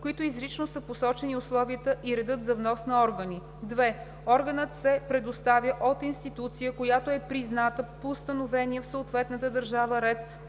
които изрично са посочени условията и редът за внос на органи; 2. органът се предоставя от институция, която е призната по установения в съответната държава ред